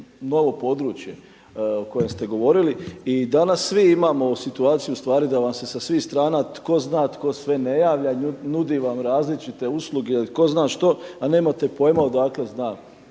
novo područje o kojem ste govorili. I danas svi imamo situaciju ustvari da vam se sa svih strana tko zna tko sve ne javlja, nudi vam različite usluge ili tko zna što, a nemate pojma odakle zna